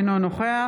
אינו נוכח